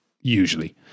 usually